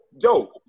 Joe